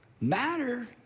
matter